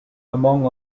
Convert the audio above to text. among